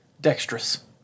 dexterous